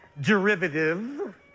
Derivative